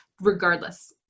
Regardless